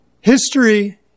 History